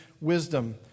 wisdom